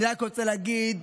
אני רק רוצה להגיד,